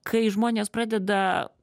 kai žmonės pradeda